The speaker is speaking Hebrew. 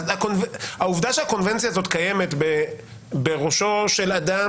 העובדה שהקונבנציה הזאת קיימת בראשו של אדם